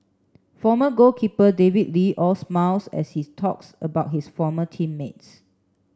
former goalkeeper David Lee all smiles as he's talks about his former team mates